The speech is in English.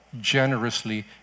generously